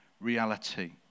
reality